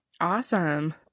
Awesome